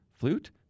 Flute